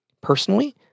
Personally